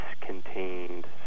contained